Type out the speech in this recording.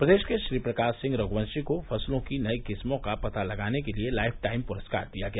प्रदेश के श्रीप्रकाश सिंह रघुवंशी को फसलों की नई किस्मों का पता लगाने के लिए लाइफटाइम प्रस्कार दिया गया